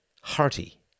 hearty